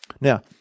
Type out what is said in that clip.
Now